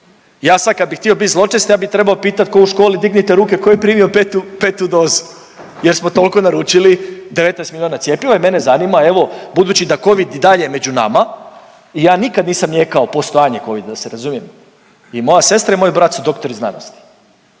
Ja sad kad bi htio bit zločest ja bi trebao pitat ko u školi, dignite ruke tko je primio petu, petu dozu, jer smo toliko naručili, 19 milijuna cjepiva i mene zanima evo, budući da Covid i dalje među nama i ja nikad nisam nijekao postojanje Covida da se razumijemo. I moja sestra i moj brat su doktori znanosti,